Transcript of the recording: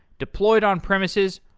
deployed on premises,